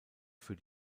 für